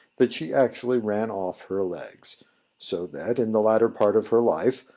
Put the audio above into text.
that she actually ran off her legs so that, in the latter part of her life,